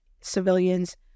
civilians